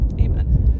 Amen